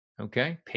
Okay